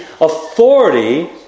authority